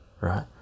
right